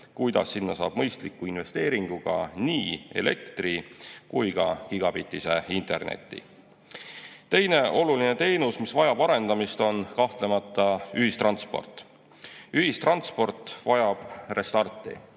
kuidas sinna saab mõistliku investeeringuga nii elektri kui ka gigabitise interneti. Teine oluline teenus, mis vajab arendamist, on kahtlemata ühistransport. Ühistransport vajab restarti.